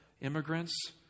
immigrants